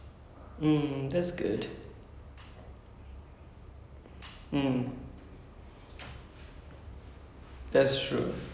so don't know but the thing about indian movies is that the the girls don't get a lot of roles anyways like is the same roles like